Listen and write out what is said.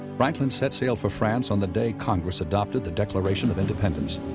franklin set sail for france on the day congress adopted the declaration of independence.